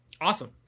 Awesome